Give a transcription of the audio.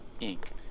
Inc